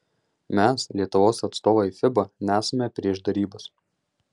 mes lietuvos atstovai fiba nesame prieš derybas